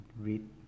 read